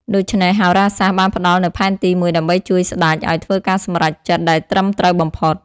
ដូច្នេះ ហោរាសាស្ត្របានផ្តល់នូវផែនទីមួយដើម្បីជួយស្តេចឲ្យធ្វើការសម្រេចចិត្តដែលត្រឹមត្រូវបំផុត។